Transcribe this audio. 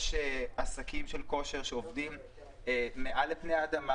יש עסקים של כושר שעובדים מעל פני האדמה,